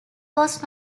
was